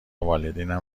والدینم